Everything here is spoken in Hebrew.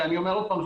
שאני אומר עוד פעם,